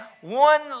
one